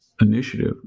initiative